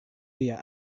via